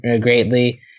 greatly